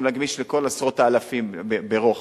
צריכים להגמיש לכל עשרות האלפים ברוחב.